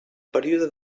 període